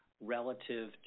relative